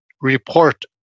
report